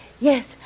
Yes